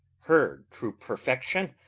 her true perfection,